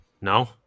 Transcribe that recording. No